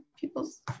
people's